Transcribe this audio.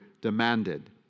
demanded